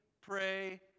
pray